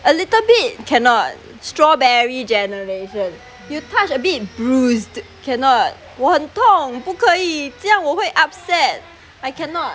a little bit cannot strawberry generation you touch a bit bruised cannot 我很痛不可以这样我会 upset I cannot